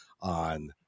on